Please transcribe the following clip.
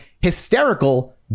hysterical